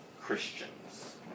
Christians